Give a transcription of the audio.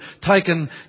taken